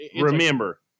Remember